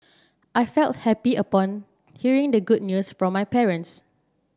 I felt happy upon hearing the good news from my parents